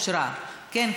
כן,